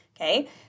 okay